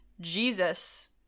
Jesus